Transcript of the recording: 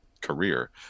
career